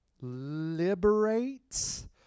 Liberates